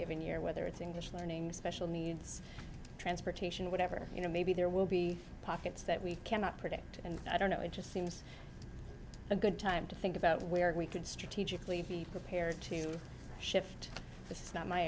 given year whether it's english learning special needs transportation whatever you know maybe there will be pockets that we cannot predict and i don't know it just seems a good time to think about where we could strategically be prepared to shift this is not my